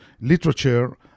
literature